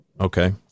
Okay